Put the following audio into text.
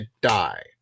die